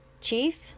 Chief